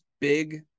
big